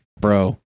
Bro